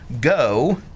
go